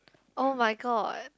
oh-my-god